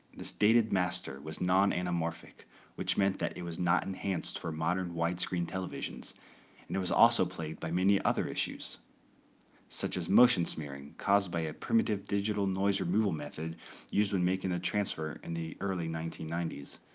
this dated master was non-anamorphic which meant that it was not enhanced for modern widescreen tvs and it was also plagued by many other issues such as motion smearing caused by a primitive digital noise removal method used when making the transfer in the early nineteen ninety s.